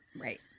right